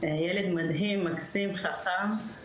ילד מדהים, מקסים, חכם.